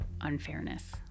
unfairness